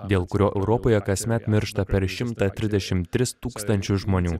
dėl kurio europoje kasmet miršta per šimtą trisdešim tris tūkstančius žmonių